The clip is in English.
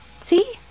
See